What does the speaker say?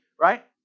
right